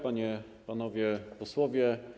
Panie i Panowie Posłowie!